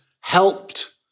helped